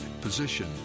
position